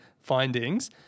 findings